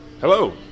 Hello